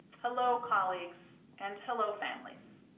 hello, colleagues. and hello, families.